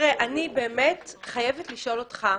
חייבת לשאול אותך,